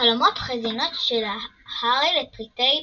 חלומות או חזיונות של הארי לפרטי פרטים,